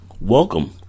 Welcome